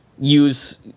use